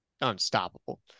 unstoppable